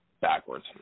backwards